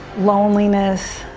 loneliness.